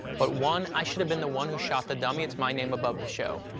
but one, i shoulda been the one who shot the dummy. it's my name above the show.